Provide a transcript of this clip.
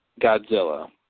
Godzilla